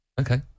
Okay